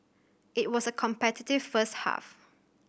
it was a competitive first half